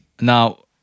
Now